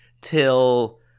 till